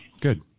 Good